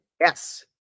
Yes